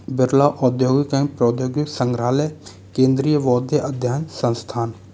बिरला औद्योगीकरण प्रौद्योगिकी संग्राहलय केन्द्रीय बौध्य अध्ययन संस्थान